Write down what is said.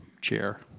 chair